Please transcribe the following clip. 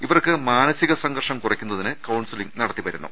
ഇവർക്ക് മാനസിക സംഘർഷം കുറയ്ക്കുന്നതിന് കൌൺസലിങ് നടത്തി വരുന്നു